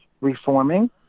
reforming